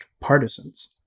partisans